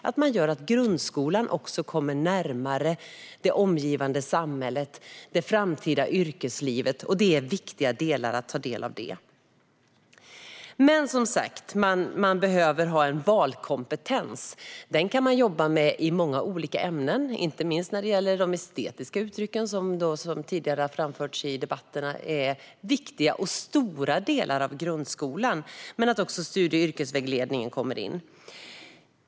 Det gör att grundskolan kommer närmare det omgivande samhället och det framtida yrkeslivet. Det är viktiga delar att ta del av. Men, som sagt, man behöver ha en valkompetens. Den kan man jobba med i många olika ämnen, inte minst när det gäller de estetiska uttrycken. Det har tidigare framförts i debatterna att det är viktiga och stora delar av grundskolan. Men det är viktigt att också studie och yrkesvägledningen kommer in.